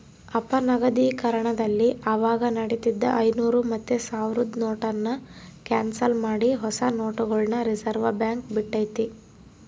ಅಪನಗದೀಕರಣದಲ್ಲಿ ಅವಾಗ ನಡೀತಿದ್ದ ಐನೂರು ಮತ್ತೆ ಸಾವ್ರುದ್ ನೋಟುನ್ನ ಕ್ಯಾನ್ಸಲ್ ಮಾಡಿ ಹೊಸ ನೋಟುಗುಳ್ನ ರಿಸರ್ವ್ಬ್ಯಾಂಕ್ ಬುಟ್ಟಿತಿ